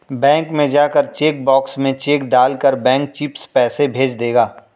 bank में जाकर cheque box में चेक डाल कर बैंक चिप्स पैसे भेज देगा